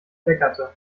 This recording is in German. kleckerte